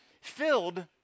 filled